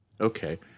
Okay